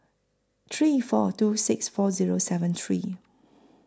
three four two six four Zero seven three